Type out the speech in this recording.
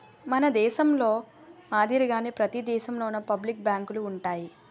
మన దేశంలో మాదిరిగానే ప్రతి దేశంలోనూ పబ్లిక్ బ్యాంకులు ఉంటాయి